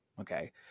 Okay